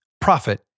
profit